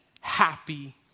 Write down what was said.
happy